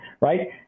right